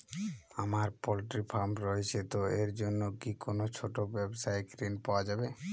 আমার poultry farm রয়েছে তো এর জন্য কি কোনো ছোটো ব্যাবসায়িক ঋণ পাওয়া যাবে?